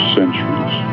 centuries